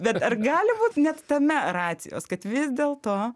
bet ar gali būt net tame racijos kad vis dėlto